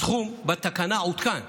הסכום בתקנה עודכן,